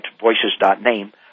voices.name